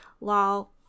Lol